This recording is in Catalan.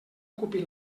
ocupi